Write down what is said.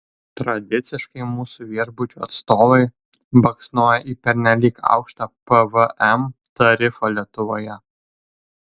tradiciškai mūsų viešbučių atstovai baksnoja į pernelyg aukštą pvm tarifą lietuvoje